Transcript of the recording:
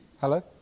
Hello